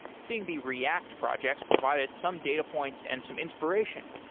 seeing the react projects provided some data points and some inspiration.